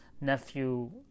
nephew